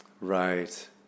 Right